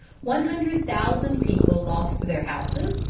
one hundred thousand people lost their houses,